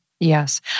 Yes